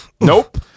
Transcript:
Nope